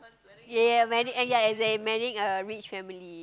ya marrying a rich family